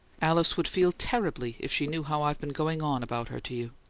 alice would feel terribly if she knew how i've been going on about her to you.